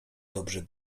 dobrze